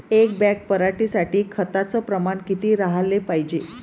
एक बॅग पराटी साठी खताचं प्रमान किती राहाले पायजे?